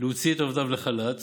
להוציא את עובדיו לחל"ת